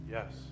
Yes